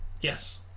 Yes